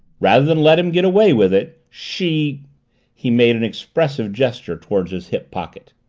rather than let him get away with it, she he made an expressive gesture toward his hip pocket.